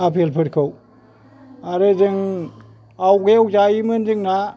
आफेलफोरखौ आरो जों आवगायाव जायोमोन जोंना